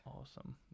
Awesome